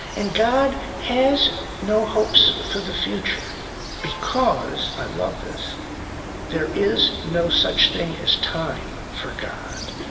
and god has no hopes for the future because i love this there is no such thing as time, for god.